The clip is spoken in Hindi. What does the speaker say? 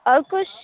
और कुछ